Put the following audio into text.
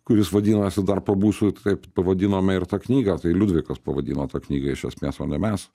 kuris vadinasi dar pabūsiu taip pavadinome ir tą knygą tai liudvikas pavadino tą knygą iš esmės o ne mes